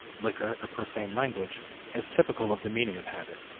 liquor, or profane language as typical of the meaning of habit.